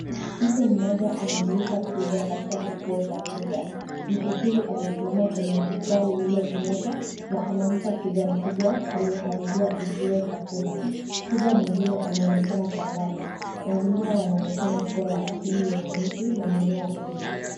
Mtu mmoja anamlisha twiga katika kituo cha twiga. Mtu huyu amesimama kwenye jukwaa lililoinuka, na anampa twiga mkubwa aliyekaribia uzio chakula. Twiga mwingine anaonekana kwa mbali. Mazingira yanaonekana kuwa ya asili yenye miti na mimea mingi.